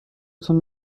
تون